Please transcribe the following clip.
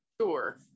sure